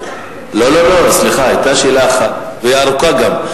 לא, לא, לא, סליחה, היתה שאלה אחת, וארוכה גם.